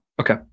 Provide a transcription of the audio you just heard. Okay